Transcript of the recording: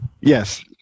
Yes